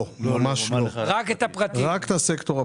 לא, רק את הסקטור הפרטי.